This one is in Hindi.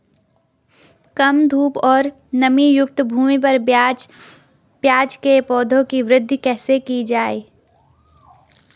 कम धूप और नमीयुक्त भूमि पर प्याज़ के पौधों की वृद्धि कैसे की जाए?